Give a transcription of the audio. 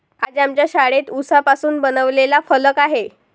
आज आमच्या शाळेत उसापासून बनवलेला फलक आहे